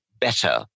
better